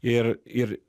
ir ir